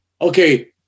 Okay